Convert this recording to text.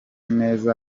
neza